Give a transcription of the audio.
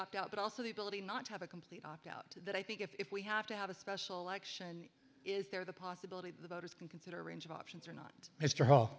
opt out but also the ability not to have a complete opt out that i think if we have to have a special election is there the possibility the voters can consider a range of options or not mr h